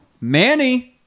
Manny